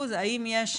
האם יש,